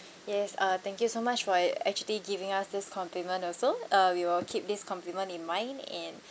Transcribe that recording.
yes uh thank you so much for actually giving us this compliment also uh we will keep this compliment in mind and